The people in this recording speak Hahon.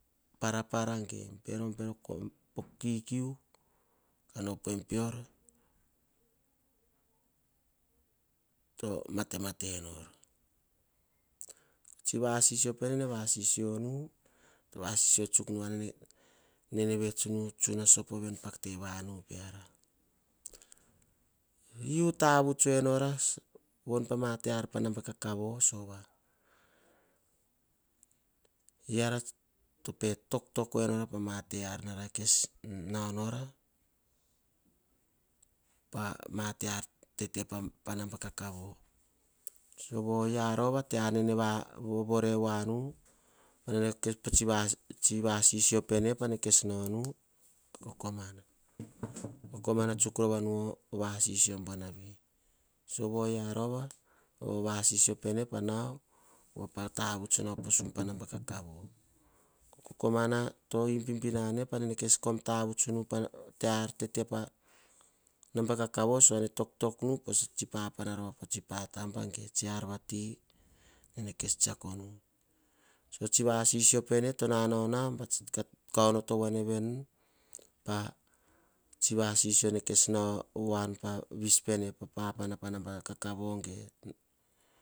Para para ge oh bero kikiu, kan opem pior to matemate nor, vasisio ene vasisionu, nene vets soponu pavanu piara. U tavut enora von pavanu pana ba kakavo, sova eara to pe toktok enora pa mate ar nara kes nau nora. Pama ar tete panabakavavo oyia rova oh vasisio pene, pa nau pa tavuts nau pa naba kakavo, kokoma to ibibi nane pane kes kom tavuts nu, pa te ar tete pana ba kakavo, papa na rova po tsi pata be ge tsi ar vati. Kes tasiakonu tsi vasisio pene tsa nau ka onoto voiene veni, po tsi vasisio nene kes nau voanu po naba kakavo.